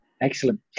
Excellent